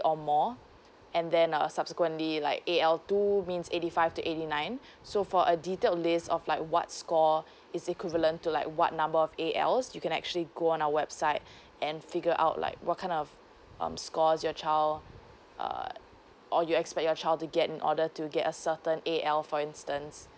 or more and then uh subsequently like A_L two means eighty five to eighty nine so for a detailed list of like what score is equivalent to like what number of A_L's you can actually go on our website and figure out like what kind of um scores your child uh or you expect your child to get in order to get a certain A_L for instance